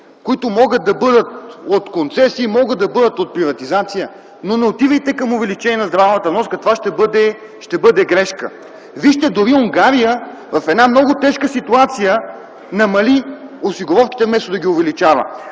които могат да бъдат от концесии, могат да бъдат от приватизация. Но не отивайте към увеличение на здравната вноска. Това ще бъде грешка. Вижте, дори Унгария в една много тежка ситуация намали осигуровките, вместо да ги увеличава.